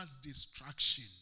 destruction